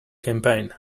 campaign